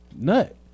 nut